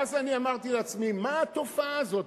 ואז אני אמרתי לעצמי: מה התופעה הזאת?